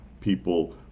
people